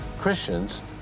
Christians